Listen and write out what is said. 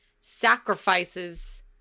sacrifices